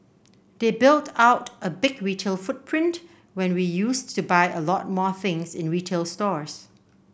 they built out a big retail footprint when we used to buy a lot more things in retail stores